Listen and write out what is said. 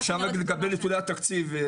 עכשיו לגבי נתוני התקציב,